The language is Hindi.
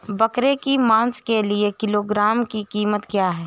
बकरे के मांस की एक किलोग्राम की कीमत क्या है?